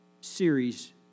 series